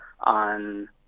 on